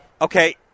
Okay